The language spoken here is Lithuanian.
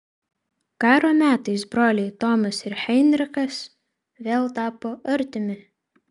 karo metais broliai tomas ir heinrichas vėl tapo artimi